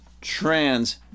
Trans-